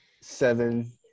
seven